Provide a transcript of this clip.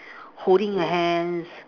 holding the hands